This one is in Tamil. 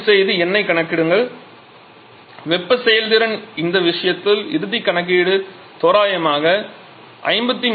தயவுசெய்து எண்ணைக் கணக்கிடுங்கள் வெப்ப செயல்திறன் இந்த விஷயத்தில் இறுதி கணக்கீடு தோராயமாக 53